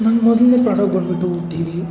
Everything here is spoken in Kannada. ನನ್ನ ಮೊದಲನೇ ಪ್ರಾಡಕ್ಟ್ ಬಂದ್ಬಿಟ್ಟು ಟಿವಿ